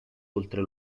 oltre